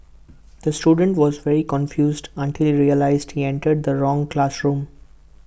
the student was very confused until realised he entered the wrong classroom